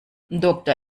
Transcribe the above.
doktor